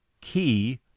Key